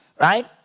right